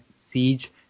siege